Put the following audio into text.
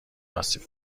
آسیب